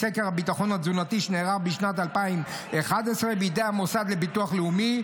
מסקר הביטחון התזונתי שנערך בשנת 2011 בידי המוסד לביטוח הלאומי,